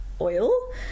oil